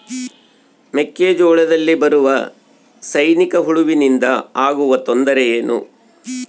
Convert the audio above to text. ಮೆಕ್ಕೆಜೋಳದಲ್ಲಿ ಬರುವ ಸೈನಿಕಹುಳುವಿನಿಂದ ಆಗುವ ತೊಂದರೆ ಏನು?